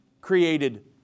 created